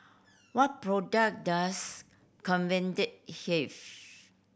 what product does Convatec have